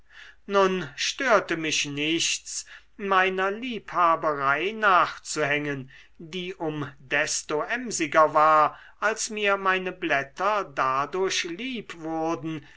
nun störte mich nichts meiner liebhaberei nachzuhängen die um desto emsiger war als mir meine blätter dadurch lieb wurden